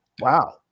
Wow